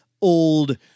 old